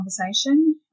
conversation